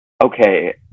Okay